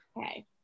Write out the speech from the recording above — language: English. okay